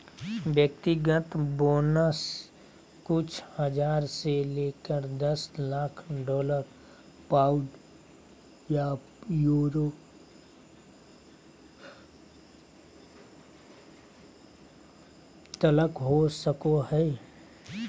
व्यक्तिगत बोनस कुछ हज़ार से लेकर दस लाख डॉलर, पाउंड या यूरो तलक हो सको हइ